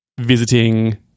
visiting